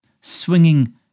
Swinging